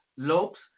Lopes